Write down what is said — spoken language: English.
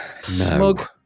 Smug